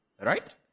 right